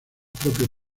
propios